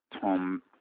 Tom